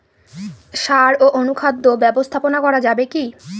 সাড় ও অনুখাদ্য ব্যবস্থাপনা করা যাবে কি?